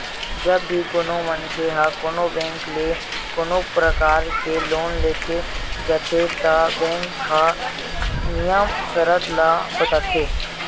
जब भी कोनो मनखे ह कोनो बेंक ले कोनो परकार के लोन ले जाथे त बेंक ह नियम सरत ल बताथे